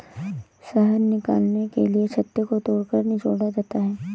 शहद निकालने के लिए छत्ते को तोड़कर निचोड़ा जाता है